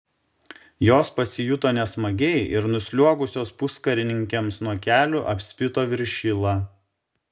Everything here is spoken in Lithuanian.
jos pasijuto nesmagiai ir nusliuogusios puskarininkiams nuo kelių apspito viršilą